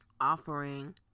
offering